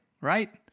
right